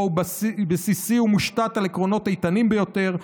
הוא בסיסי ומושתת על עקרונות איתנים ביותר,